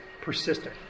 persistent